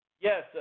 Yes